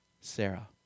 Sarah